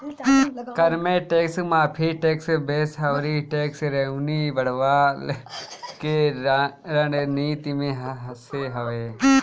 कर में टेक्स माफ़ी, टेक्स बेस अउरी टेक्स रेवन्यू बढ़वला के रणनीति में से हवे